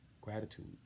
gratitude